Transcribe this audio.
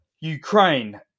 Ukraine